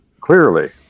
clearly